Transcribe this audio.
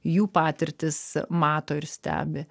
jų patirtis mato ir stebi